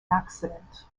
accident